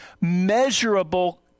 measurable